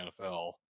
NFL